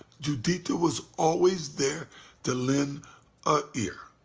juditha was always there to lend an ear.